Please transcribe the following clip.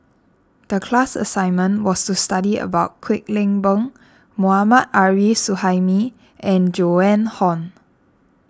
the class assignment was to study about Kwek Leng Beng Mohammad Arif Suhaimi and Joan Hon